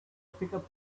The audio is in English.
pickup